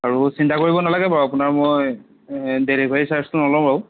আৰু চিন্তা কৰিব নালাগে বাৰু আপোনাৰ মই ডেলিভাৰী চাৰ্জটো নলও বাৰু